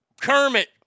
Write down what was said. Kermit